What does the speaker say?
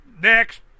next